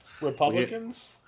Republicans